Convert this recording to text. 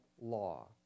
law